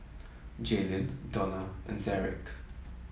Jaylyn Donna and Derick